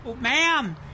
Ma'am